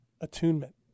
attunement